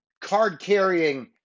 card-carrying